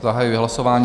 Zahajuji hlasování.